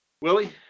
Willie